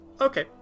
Okay